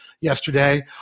yesterday